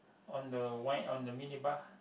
on the wine on the mini bar